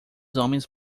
homens